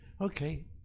Okay